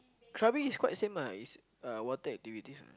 Krabi it's quite same lah it's uh water activities only